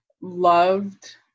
loved